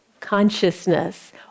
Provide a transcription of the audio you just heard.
consciousness